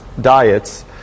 diets